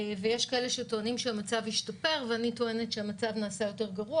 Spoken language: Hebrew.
יש כאלה שטוענים שהמצב השתפר ואני טוענת שהמצב נעשה יותר גרוע,